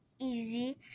easy